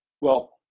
Well-